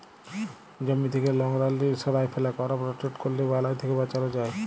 জমি থ্যাকে লংরা জিলিস সঁরায় ফেলা, করপ রটেট ক্যরলে বালাই থ্যাকে বাঁচালো যায়